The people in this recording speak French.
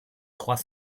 trois